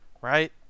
Right